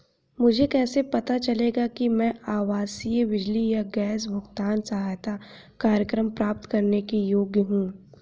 मुझे कैसे पता चलेगा कि मैं आवासीय बिजली या गैस भुगतान सहायता कार्यक्रम प्राप्त करने के योग्य हूँ?